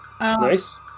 Nice